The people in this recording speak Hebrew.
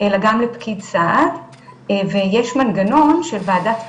אלא גם לפקיד סעד ויש מנגנון של ועדת פטור,